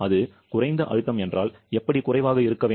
ஒரு குறைந்த அழுத்தம் என்றால் எப்படி குறைவாக இருக்க வேண்டும்